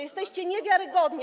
Jesteście niewiarygodni.